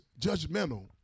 judgmental